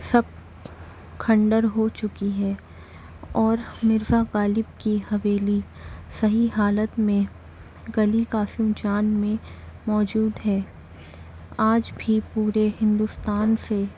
سب کھنڈر ہو چکی ہے اور مرزا غالب کی حویلی صحیح حالت میں گلی قاسم جان میں موجود ہے آج بھی پورے ہندوستان سے